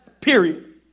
Period